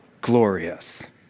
glorious